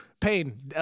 pain